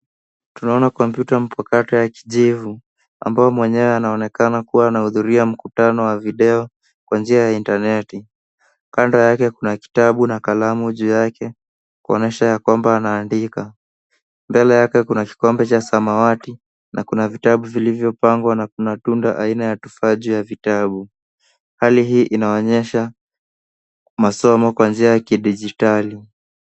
Tunaona kompyuta mpakato ya kijivu ambayo mwenyewe anaonekana kuwa anahudhuria mkutano wa video kwa njia ya intaneti. Kando yake kuna kitabu na kalamu juu yake kuonyesha ya kwamba anaandika. Mbele yake kuna kikombe cha samawati na kuna vitabu vilivyopangwa na kuna tunda aina ya tofaji ya vitabu. Hali hii inaonyesha masomo kwa njia ya kidigitali.